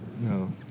No